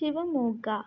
Shivamogga